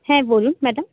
হ্যাঁ বলুন ম্যাডাম